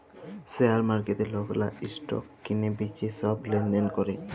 share মার্কেটে লকরা stock কিলে বিঁচে ছব লেলদেল ক্যরে